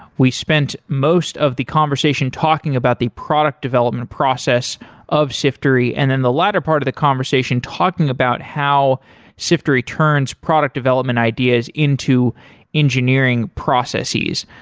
we spent most of the conversation talking about the product development process of siftery, and then the latter part of the conversation talking about how siftery turns product development ideas into engineering processes.